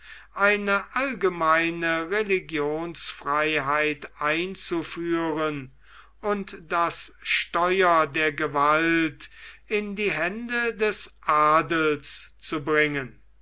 eine allgemeine religionsfreiheit einzuführen und das steuer der gewalt in die hände des adels zu bringen